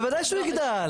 בוודאי שהוא יגדל.